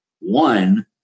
one